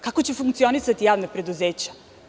Kako će funkcionisati javna preduzeća?